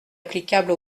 applicable